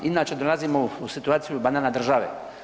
Inače dolazimo u situaciju banana države.